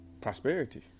prosperity